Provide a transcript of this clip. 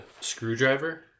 screwdriver